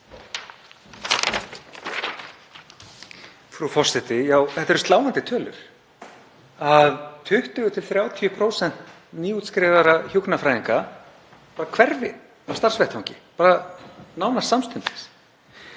Frú forseti. Það eru sláandi tölur að 20–30% nýútskrifaðra hjúkrunarfræðinga hverfi af starfsvettvangi nánast samstundis.